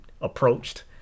approached